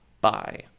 Bye